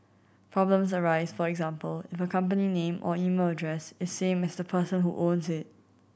problems arise for example if a company name or email address is same as the person who owns it